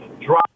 drop